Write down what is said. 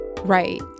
Right